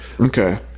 Okay